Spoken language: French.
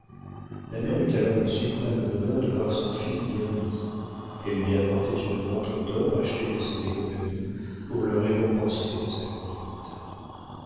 la mère eut alors le suprême bonheur de voir son fils bien mis elle lui apportait une montre d'or achetée de ses économies pour le récompenser de sa conduite